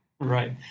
Right